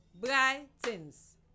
Brightens